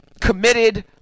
committed